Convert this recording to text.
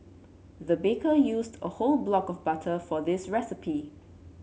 the baker used a whole block of butter for this recipe